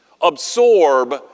absorb